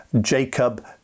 Jacob